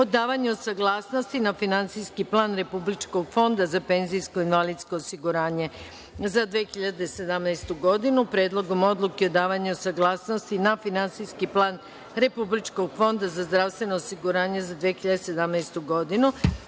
o davanju saglasnosti na Finansijski plan Republičkog fonda za PIO za 2017. godinu, Predlogom odluke o davanju saglasnosti na Finansijski plan Republičkog fonda za zdravstveno osiguranje za 2017. godinu,